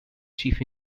chief